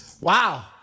Wow